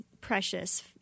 precious